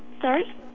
Sorry